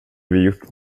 gjort